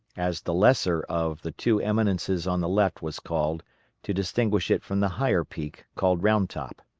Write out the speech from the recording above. as the lesser of the two eminences on the left was called to distinguish it from the higher peak called round top.